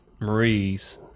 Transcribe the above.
Marie's